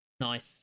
Nice